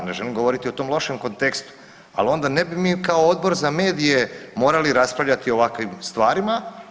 Ne želim govoriti o tom lošem kontekstu, ali onda ne bi mi kao Odbor za medije morali raspravljati o ovakvim stvarima.